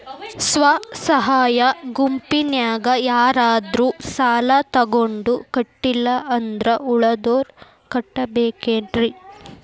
ಸ್ವ ಸಹಾಯ ಗುಂಪಿನ್ಯಾಗ ಯಾರಾದ್ರೂ ಸಾಲ ತಗೊಂಡು ಕಟ್ಟಿಲ್ಲ ಅಂದ್ರ ಉಳದೋರ್ ಕಟ್ಟಬೇಕೇನ್ರಿ?